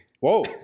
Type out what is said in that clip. Whoa